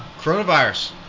coronavirus